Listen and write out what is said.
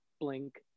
blink